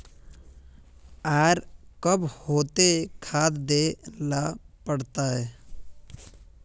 आर कब केते खाद दे ला पड़तऐ?